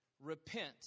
Repent